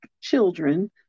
children